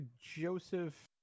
Joseph